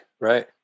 right